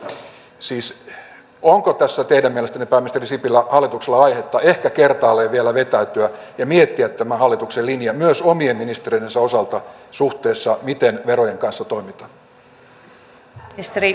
siis onko tässä teidän mielestänne pääministeri sipilä hallituksella aihetta ehkä kertaalleen vielä vetäytyä ja miettiä tämä hallituksen linja myös omien ministereidensä osalta suhteessa siihen miten verojen kanssa toimitaan